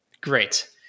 Great